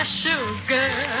sugar